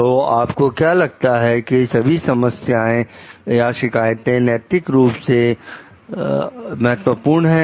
तो आपको क्या लगता है कि सभी समस्याएं या शिकायतें नैतिक रूप से महत्वपूर्ण है